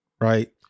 Right